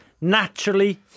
naturally